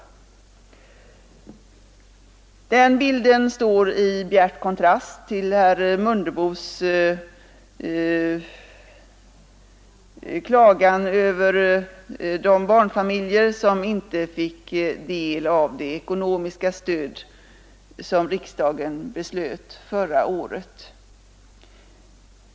Den bilden står i bjärt kontrast till herr Mundebos klagan över de barnfamiljer som inte fick del av det ekonomiska stöd riksdagen beslöt förra året.